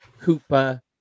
Cooper